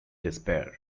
despair